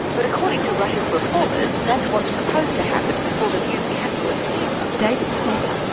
but according to russia's reformers, that's what's supposed to happen before the new capitalist era. david satter,